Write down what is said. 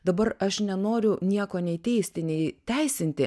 dabar aš nenoriu nieko nei teisti nei teisinti